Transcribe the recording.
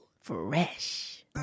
Fresh